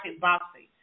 boxing